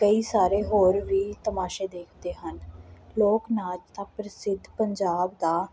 ਕਈ ਸਾਰੇ ਹੋਰ ਵੀ ਤਮਾਸ਼ੇ ਦੇਖਦੇ ਹਨ ਲੋਕ ਨਾਚ ਦਾ ਪ੍ਰਸਿੱਧ ਪੰਜਾਬ ਦਾ